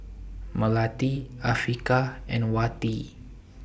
Melati Afiqah and Wati